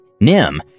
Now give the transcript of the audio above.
Nim